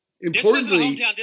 importantly